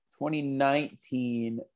2019